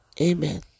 Amen